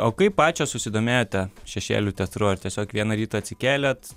o kaip pačios susidomėjote šešėlių teatru ar tiesiog vieną rytą atsikėlėt